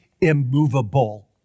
Immovable